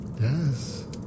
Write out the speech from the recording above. Yes